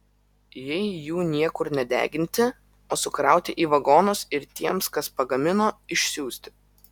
jei jų niekur nedeginti o sukrauti į vagonus ir tiems kas pagamino išsiųsti